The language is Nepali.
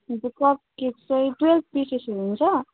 कप केक चाहिँ टुवेल्भ पिसेसहरू हुन्छ